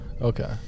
okay